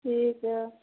ठीक हइ